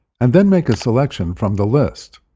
and then make a selection from the list.